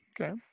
Okay